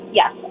yes